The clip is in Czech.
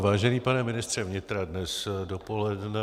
Vážený pane ministře vnitra, dnes dopoledne